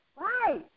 Right